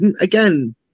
again